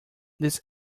this